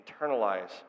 internalize